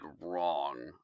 wrong